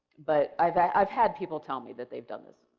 but i've i've had people tell me that they've done this.